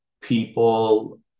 people